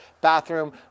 bathroom